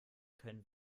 können